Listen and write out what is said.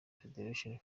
federation